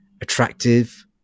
attractive